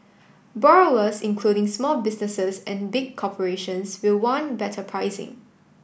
borrowers including small businesses and big corporations will want better pricing